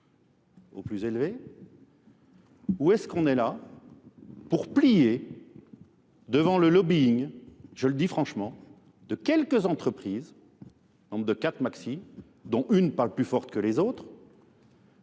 au plus élevé ?